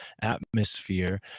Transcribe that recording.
atmosphere